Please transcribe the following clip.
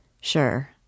Sure